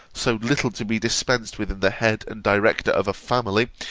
so little to be dispensed with in the head and director of a family,